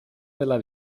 della